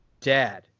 Dad